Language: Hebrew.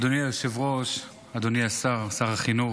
אדוני היושב-ראש, אדוני השר, שר החינוך,